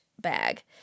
bag